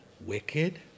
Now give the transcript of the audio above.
wicked